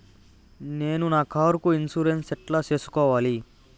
నేను నా కారుకు ఇన్సూరెన్సు ఎట్లా సేసుకోవాలి